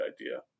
idea